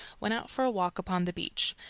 went out for a walk upon the beach.